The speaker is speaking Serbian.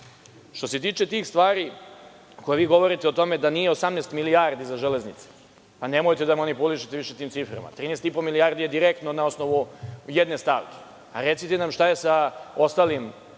se tiče tih stvari, ako vi govorite o tome da nije 18 milijardi za železnice. Nemojte da manipulišete više tim ciframa. 13,5 milijardi je direktno na osnovu jedne stavke. Recite nam šta je sa ostalim